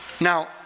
Now